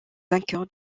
vainqueur